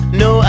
no